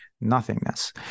Nothingness